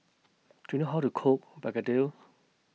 Do YOU know How to Cook Begedil